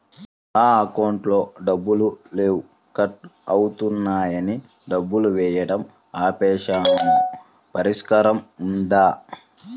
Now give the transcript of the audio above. నా అకౌంట్లో డబ్బులు లేవు కట్ అవుతున్నాయని డబ్బులు వేయటం ఆపేసాము పరిష్కారం ఉందా?